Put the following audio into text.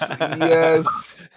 yes